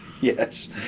Yes